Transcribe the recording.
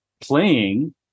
playing